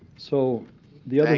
so the other